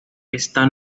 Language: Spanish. está